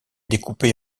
découpée